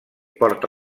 porta